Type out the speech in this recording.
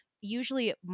usually